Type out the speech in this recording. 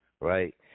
right